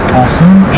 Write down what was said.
awesome